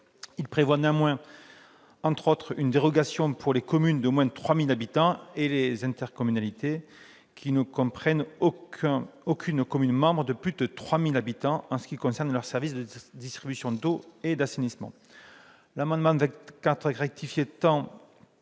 Il prévoit néanmoins, entre autres, une dérogation pour les communes de moins de 3 000 habitants et les intercommunalités ne comprenant aucune commune membre de plus de 3 000 habitants, pour ce qui concerne leurs services de distribution d'eau et d'assainissement. L'amendement n° 24 rectifié tend